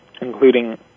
including